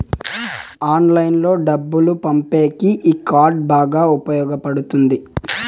ఆన్లైన్లో డబ్బులు పంపేకి ఈ కార్డ్ బాగా ఉపయోగపడుతుంది